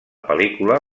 pel·lícula